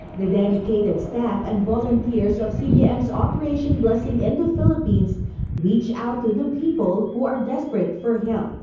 the dedicated staff and volunteers of cbn's operation blessing in the philippines reach out to the people who are desperate for him.